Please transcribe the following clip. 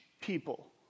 people